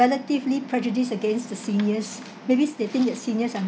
relatively prejudice against the seniors maybe stating that seniors are not